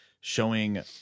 showing